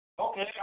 Okay